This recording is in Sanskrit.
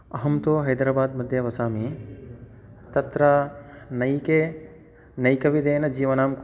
अहं तु हैद्राबादमध्ये वसामि तत्र नैके नैकविधेन जीवनम्